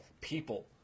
people